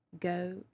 go